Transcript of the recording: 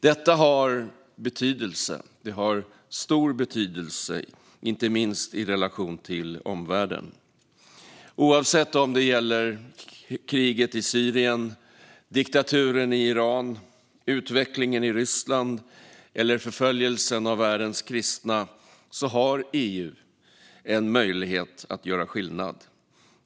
Detta har stor betydelse, inte minst i relation till omvärlden. Oavsett om det gäller kriget i Syrien, diktaturen i Iran, utvecklingen i Ryssland eller förföljelsen av världens kristna har EU en möjlighet att göra skillnad.